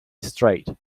straight